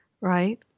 right